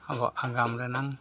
ᱟᱵᱚ ᱟᱜᱟᱢ ᱨᱮᱱᱟᱜ